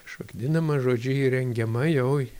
šokdinama žodžiu įrengiama jau